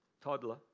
toddler